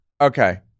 okay